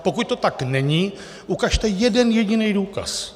Pokud to tak není, ukažte jeden jediný důkaz.